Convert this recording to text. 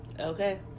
Okay